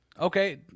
okay